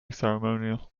ceremonial